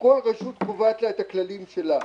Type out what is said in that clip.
כל רשות מקומית קובעת לה את הכללים שלה.